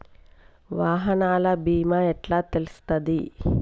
వాహనాల బీమా ఎట్ల తెలుస్తది?